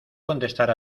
contestar